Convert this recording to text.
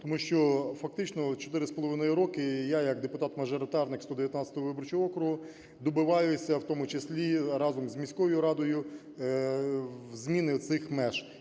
Тому що фактично 4,5 роки я як депутат-мажоритарник 119 виборчого округу добиваюся, в тому числі разом з міською радою, зміни цих меж.